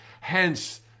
Hence